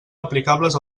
aplicables